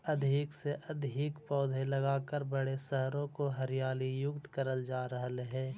अधिक से अधिक पौधे लगाकर बड़े शहरों को हरियाली युक्त करल जा रहलइ हे